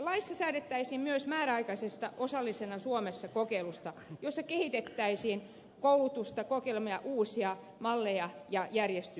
laissa säädettäisiin myös määräaikaisesta osallisena suomessa kokeilusta jossa kehitettäisiin koulutusta kokeilemalla uusia malleja ja järjestämistapoja